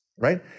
right